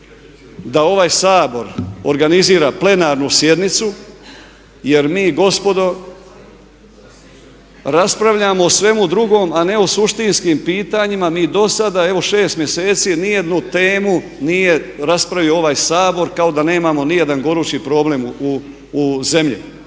da ovaj Sabor organizira plenarnu sjednicu jer mi gospodo raspravljamo o svemu drugom a ne o suštinskim pitanjima. Mi dosada, evo 6 mjeseci, nijednu temu nije raspravio ovaj Sabor kao da nemamo nijedan gorući problem u zemlji.